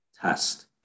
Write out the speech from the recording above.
test